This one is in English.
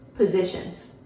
positions